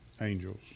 angels